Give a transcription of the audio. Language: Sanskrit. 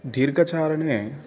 दीर्घचारणे